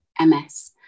MS